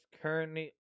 currently